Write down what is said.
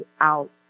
out